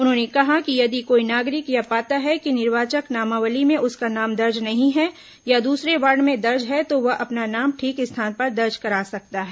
उन्होंने कहा कि यदि कोई नागरिक यह पाता है कि निर्वाचक नामावली में उसका नाम दर्ज नहीं है या दूसरे वार्ड में दर्ज है तो वह अपना नाम ठीक स्थान पर दर्ज करा सकता है